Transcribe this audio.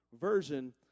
version